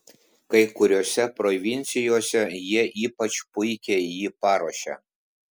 kai kuriose provincijose jie ypač puikiai jį paruošia